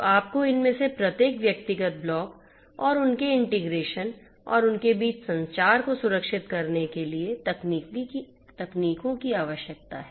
तो आपको इनमें से प्रत्येक व्यक्तिगत ब्लॉक और उनके इंटीग्रेशन और उनके बीच संचार को सुरक्षित करने के लिए तकनीकों की आवश्यकता है